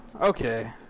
Okay